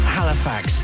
Halifax